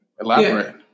Elaborate